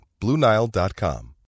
BlueNile.com